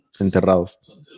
Enterrados